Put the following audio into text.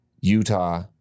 Utah